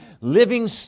living